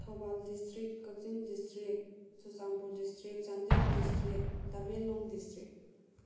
Thoubal district Kakching district Churachandpur district Chandel district Tamenglong district